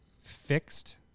fixed